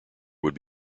would